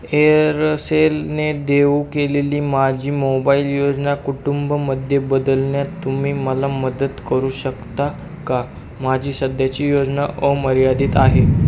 एअरसेलने देऊ केलेली माझी मोबाईल योजना कुटुंबमध्ये बदलण्यात तुम्ही मला मदत करू शकता का माझी सध्याची योजना अमर्यादित आहे